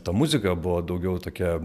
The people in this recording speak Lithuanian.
ta muzika buvo daugiau tokia